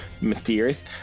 mysterious